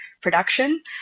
production